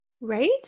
right